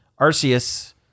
Arceus